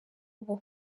ubu